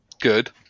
Good